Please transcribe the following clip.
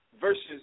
versus